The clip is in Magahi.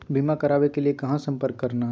बीमा करावे के लिए कहा संपर्क करना है?